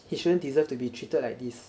he shouldn't deserve to be treated like this